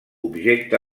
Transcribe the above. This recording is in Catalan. objecte